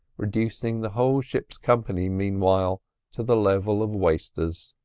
reducing the whole ship's company meanwhile to the level of wasters.